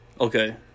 Okay